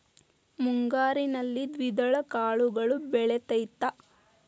ಮುಂಗಾರಿನಲ್ಲಿ ದ್ವಿದಳ ಕಾಳುಗಳು ಬೆಳೆತೈತಾ?